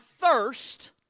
thirst